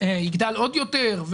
יגדל עוד יותר,